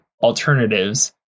alternatives